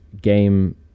game